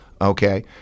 Okay